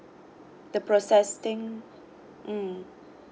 the processing mm